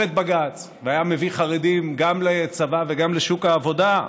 את בג"ץ והיה מביא חרדים גם לצבא וגם לשוק העבודה?